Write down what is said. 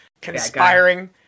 conspiring